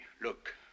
look